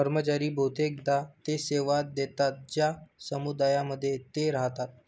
कर्मचारी बहुतेकदा ते सेवा देतात ज्या समुदायांमध्ये ते राहतात